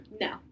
No